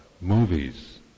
movies